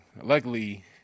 Luckily